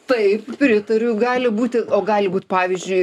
taip pritariu gali būti o gali būt pavyzdžiui